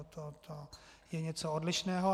To je něco odlišného.